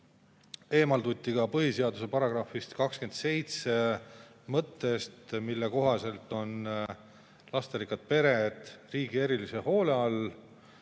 eemalduti ka põhiseaduse § 27 mõttest, mille kohaselt on lasterikkad pered riigi erilise hoole all.